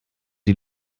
die